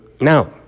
Now